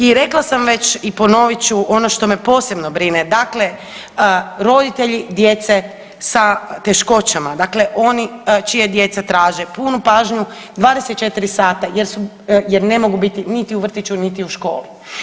I rekla sam već i ponovit ću ono što me posebno brine, dakle roditelji djece sa teškoćama, dakle ono čija djeca traže punu pažnju, 24 sata jer ne mogu biti niti u vrtiću, niti u školi.